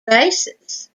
races